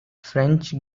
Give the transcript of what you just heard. french